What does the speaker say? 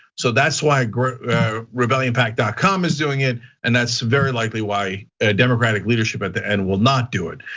so that's why rebellionpact dot com is doing it and that's very likely why a democratic leadership at the end will not do it.